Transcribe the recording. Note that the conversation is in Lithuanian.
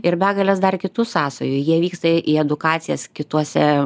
ir begalės dar kitų sąsajų jie vyksta į edukacijas kitose